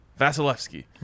vasilevsky